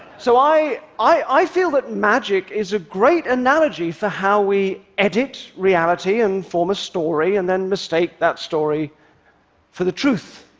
so i i feel that magic is a great analogy for how we edit reality and form a story and then mistake that story for the truth,